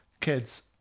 kids